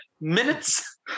minutes